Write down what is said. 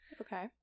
Okay